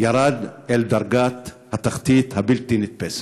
ירד אל דרגת התחתית הבלתי-נתפסת.